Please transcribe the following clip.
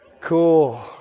cool